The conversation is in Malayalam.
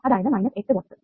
അതായത് 8 വാട്ട്സ്